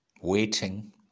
waiting